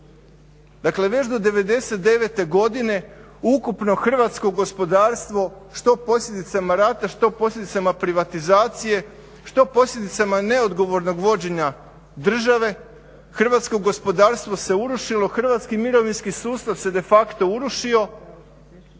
Dakle, već do 99.-te godine ukupno hrvatsko gospodarstvo što posljedicama rata, što posljedicama privatizacije, što posljedicama neodgovornog vođenja države hrvatsko gospodarstvo se urušilo, Hrvatski mirovinski sustav se de facto urušio